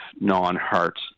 non-heart